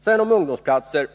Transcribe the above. I fråga om ungdomsplatser